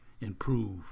improve